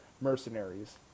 mercenaries